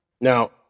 Now